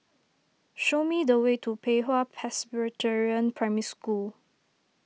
show me the way to Pei Hwa Presbyterian Primary School